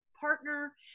partner